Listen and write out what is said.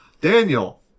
Daniel